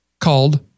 called